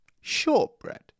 shortbread